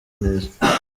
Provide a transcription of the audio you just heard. neza